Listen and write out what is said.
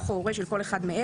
אח או הורה של כל אחד מאלה,